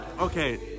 Okay